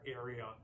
area